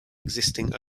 existing